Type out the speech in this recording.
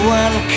one